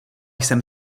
jsem